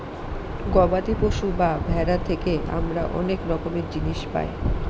গবাদি পশু বা ভেড়া থেকে আমরা অনেক রকমের জিনিস পায়